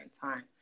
time